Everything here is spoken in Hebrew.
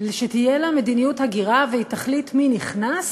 שתהיה לה מדיניות הגירה והיא תחליט מי נכנס